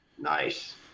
Nice